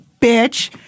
bitch